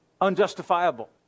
unjustifiable